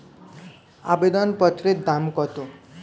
আবেদন পত্রের দাম কত?